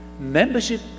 membership